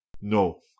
No